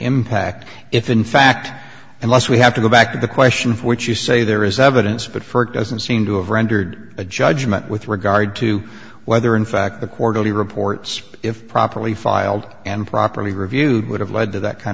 impact if in fact unless we have to go back to the question of what you say there is evidence but for it doesn't seem to have rendered a judgment with regard to whether in fact the quarterly reports if properly filed and properly reviewed would have led to that kind